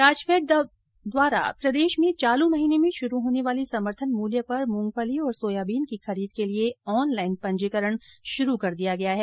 राजफैड द्वारा प्रदेश में चालू महीने में शुरू होने वाली समर्थन मूल्य पर मूंगफली और सोयाबीन की खरीद के लिये ऑनलाईन पंजीकरण केल से शुरू कर दिया गया है